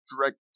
direct